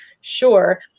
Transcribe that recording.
Sure